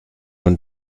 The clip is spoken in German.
und